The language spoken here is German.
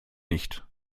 nicht